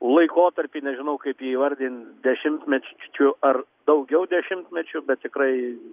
laikotarpį nežinau kaip jį įvardin dešimtmečiu ar daugiau dešimtmečių bet tikrai